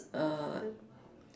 err